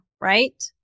Right